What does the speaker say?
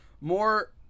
More